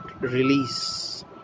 release